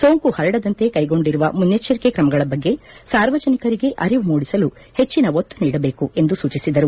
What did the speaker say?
ಸೋಂಕು ಪರಡದಂತೆ ಕೈಗೊಂಡಿರುವ ಮುನ್ನೆಚ್ಲರಿಕೆ ಕ್ರಮಗಳ ಬಗ್ಗೆ ಸಾರ್ವಜನಿಕರಿಗೆ ಅರಿವು ಮೂಡಿಸಲು ಹೆಚ್ಚಿನ ಒತ್ತು ನೀಡಬೇಕು ಎಂದು ಸೂಚಿಸಿದರು